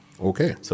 Okay